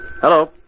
Hello